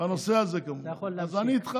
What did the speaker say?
אתה יכול להמשיך.